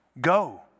Go